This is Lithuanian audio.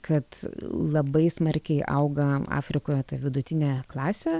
kad labai smarkiai auga afrikoje ta vidutinė klasė